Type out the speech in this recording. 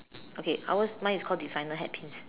okay ours mine is called designer hat pins